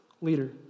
leader